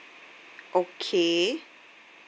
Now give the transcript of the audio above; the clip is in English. okay